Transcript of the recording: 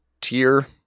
Tier